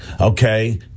okay